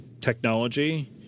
technology